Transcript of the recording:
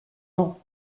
jean